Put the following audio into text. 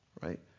Right